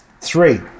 Three